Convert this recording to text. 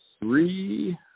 three